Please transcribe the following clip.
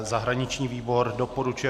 Zahraniční výbor doporučuje